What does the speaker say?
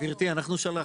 גברתי, אנחנו שלחנו.